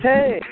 Hey